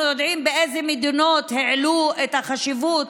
אנחנו יודעים באיזה מדינות העלו את החשיבות